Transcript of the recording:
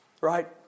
right